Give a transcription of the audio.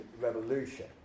revolution